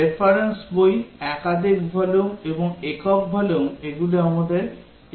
Reference বই একাধিক volume এবং একক ভলিউম এগুলি আমাদের equivalence class